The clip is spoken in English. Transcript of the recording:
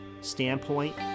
standpoint